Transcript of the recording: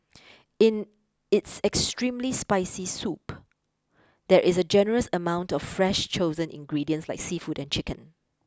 in its extremely spicy soup there is a generous amount of fresh chosen ingredients like seafood and chicken